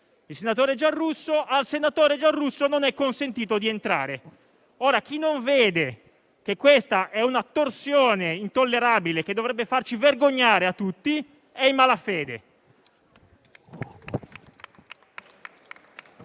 il senatore Giarrusso, al senatore Giarrusso non è consentito entrare. Chi non vede che questa è una torsione intollerabile, che dovrebbe farci vergognare tutti, è in malafede.